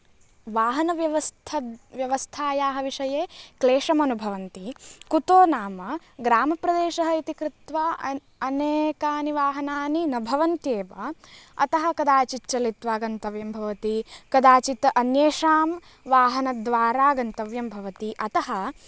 वाहनव्यवस्थ व्यवस्थायाः विषये क्लेशमनुभवन्ति कुतो नाम ग्रामप्रदेशः इति कृत्वा अने अनेकानि वाहनानि न भवन्ति एव अतः कदाचित् चलित्वा गन्तव्यं भवति कदाचित् अन्येषां वाहनद्वारा गन्तव्यं भवति अतः